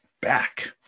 back